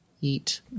Eat